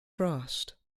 frost